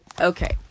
Okay